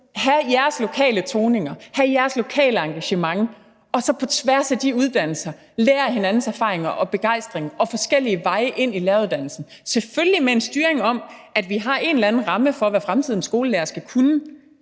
hav jeres lokale toninger, hav jeres lokale engagement, og så på tværs af de uddannelser lær af hinandens erfaringer og begejstring og forskellige veje ind i læreruddannelsen, selvfølgelig med en styring, i forhold til at vi har en eller anden ramme for, hvad fremtidens skolelærere